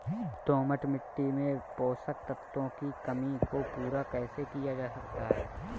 दोमट मिट्टी में पोषक तत्वों की कमी को पूरा कैसे किया जा सकता है?